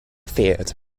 feared